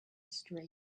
straight